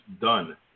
done